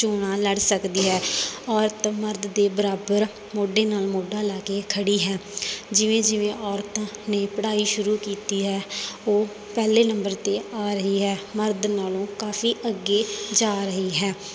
ਚੋਣਾਂ ਲੜ ਸਕਦੀ ਹੈ ਔਰਤ ਮਰਦ ਦੇ ਬਰਾਬਰ ਮੋਢੇ ਨਾਲ ਮੋਢਾ ਲਾ ਕੇ ਖੜ੍ਹੀ ਹੈ ਜਿਵੇਂ ਜਿਵੇਂ ਔਰਤਾਂ ਨੇ ਪੜ੍ਹਾਈ ਸ਼ੁਰੂ ਕੀਤੀ ਹੈ ਉਹ ਪਹਿਲੇ ਨੰਬਰ 'ਤੇ ਆ ਰਹੀ ਹੈ ਮਰਦ ਨਾਲੋਂ ਕਾਫੀ ਅੱਗੇ ਜਾ ਰਹੀ ਹੈ